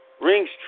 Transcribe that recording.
rings